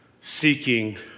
seeking